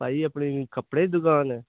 ਭਾਅ ਜੀ ਆਪਣੀ ਕੱਪੜੇ ਦੀ ਦੁਕਾਨ ਐ